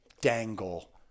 dangle